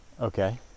okay